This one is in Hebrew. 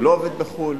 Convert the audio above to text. הוא לא עובד בחו"ל?